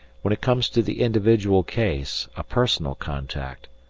when it comes to the individual case, a personal contact,